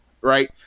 Right